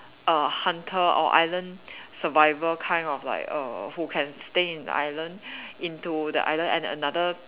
a hunter or island survivor kind of like err who can stay in island into the island and another